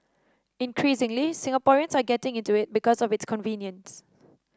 increasingly Singaporeans are getting into it because of its convenience